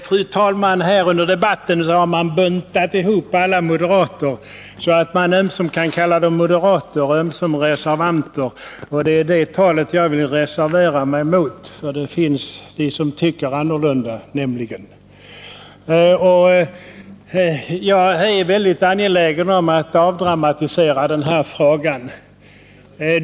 Fru talman! I den här debatten har man buntat ihop alla moderater. Ömsom kallar man dem moderater, ömsom reservanter. Det talet vill jag reservera mig mot, för det finns de som tycker annorlunda. Jag är väldigt angelägen om att frågan avdramatiseras.